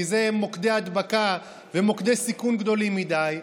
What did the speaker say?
כי זה מוקדי הדבקה ומוקדי סיכון גדולים מדי,